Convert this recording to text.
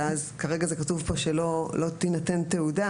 וכרגע כתוב פה שלא תינתן תעודה.